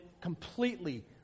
completely